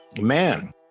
man